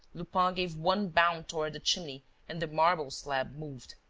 lupin gave one bound toward the chimney and the marble slab moved.